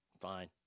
Fine